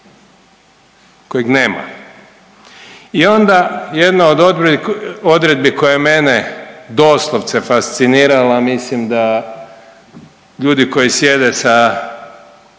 kojeg nema. I onda jedna od odredbi koja je mene doslovce fascinirala mislim da ljudi koji sjede sa